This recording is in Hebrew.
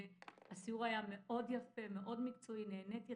הסיור היה יפה מאוד, מקצועי מאוד, נהניתי.